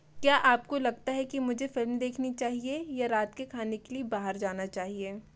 क्या आपको लगता है कि मुझे फिल्म देखनी चाहिए या रात के खाने के लिए बाहर जाना चाहिए